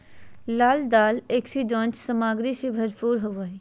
लाल दाल एंटीऑक्सीडेंट सामग्री से भरपूर होबो हइ